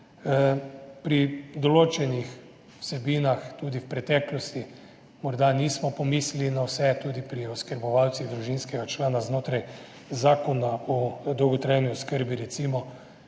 Pri določenih vsebinah v preteklosti morda nismo pomislili na vse, tudi pri oskrbovalcih družinskega člana znotraj Zakona o dolgotrajni oskrbi. Recimo